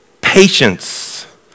patience